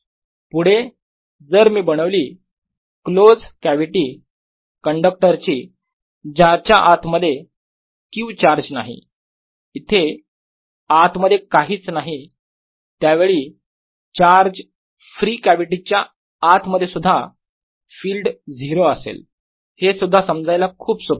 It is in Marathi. n0 पुढे जर मी बनवली क्लोज कॅव्हिटी कंडक्टर ची ज्याच्या आत मध्ये q चार्ज नाही इथे आत मध्ये काहीच नाही त्यावेळी चार्ज फ्री कॅव्हिटीच्या आत मध्ये सुद्धा फिल्ड 0 असेल हे सुद्धा समजायला खूप सोपे आहे